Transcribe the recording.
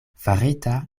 farita